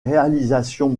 réalisations